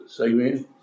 Amen